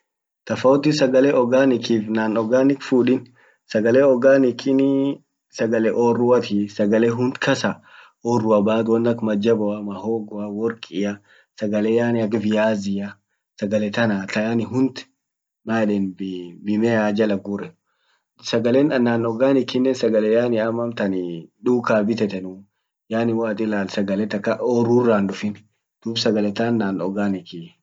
Tofauti sagale organic kiif non organic food. sagale organic sagale oruatii sagale hind kaasa orua ak majjaboa. mahogoa. worqia. sagale yani ak viazia sagale tanaa. kaa yani hund man yedeni mmea jala gurani sagale non organic sagale yani am amtanii duka bitetanuu yani woat ilalt sagale takka orrura hindufin duub sagale tant non organic.